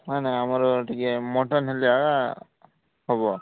ନାଇଁ ନାଇଁ ଆମର ଟିକେ ମଟନ୍ ହେଲେ ଯାଇ ହେବ